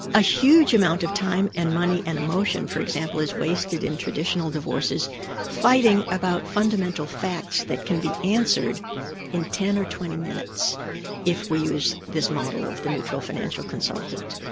a huge amount of time and money and emotion, for example, is wasted in traditional divorces fighting about fundamental facts that can be answered in ten or twenty minutes if we use this model of the neutral financial consultant.